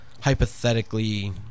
hypothetically